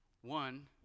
One